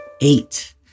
Eight